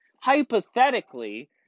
hypothetically